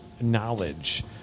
knowledge